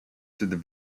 through